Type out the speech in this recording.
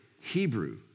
Hebrew